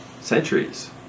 centuries